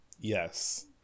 Yes